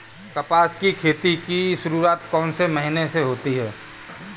कपास की खेती की शुरुआत कौन से महीने से होती है?